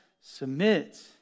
submit